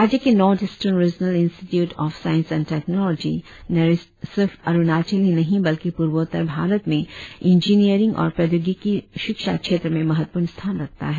राज्य के north eastern regional institute of science and technology NERIST सिर्फ अरुणाचल ही नहीं बल्कि पूर्वोत्तर भारत में इंजीनियरिंग और प्रौद्योगिकी शिक्षा क्षेत्र में महत्वपूर्ण स्थान रखता है